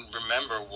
remember